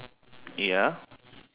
ya